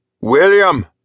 William